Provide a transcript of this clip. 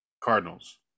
Cardinals